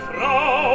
Frau